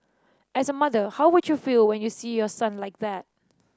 as a mother how would you feel when you see your son like that